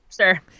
Sure